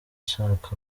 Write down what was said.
ishaka